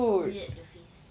like so weird the face